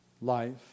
life